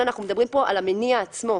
אנחנו מדברים פה על המניע עצמו.